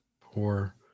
Poor